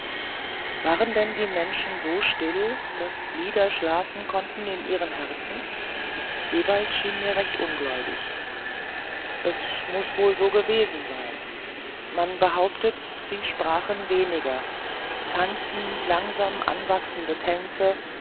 waren denn die menschen so still daß lieder schlafen konnten in ihren herzen ewald schien mir recht ungläubig es muß wohl so gewesen sein man behauptet sie sprachen weniger tanzten langsam anwachsende tänze